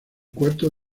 cuarto